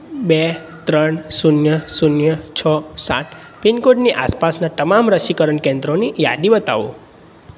બે ત્રણ શૂન્ય શૂન્ય છ સાત પિનકોડની આસપાસનાં તમામ રસીકરણ કેન્દ્રોની યાદી બતાવો